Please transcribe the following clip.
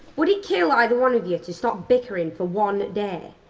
would it kill either one of you to stop bickering for one day?